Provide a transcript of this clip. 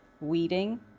weeding